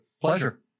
Pleasure